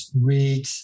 read